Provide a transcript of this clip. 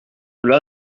cela